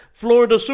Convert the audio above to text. Florida